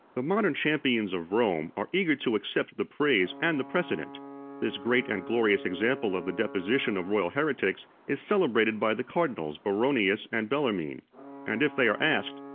the modern champions of rome are eager to accept the praise and the precedent this great and glorious example of the deposition of royal heretics is celebrated by the cardinals baronius and bellarmine and if they are asked,